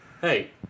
Hey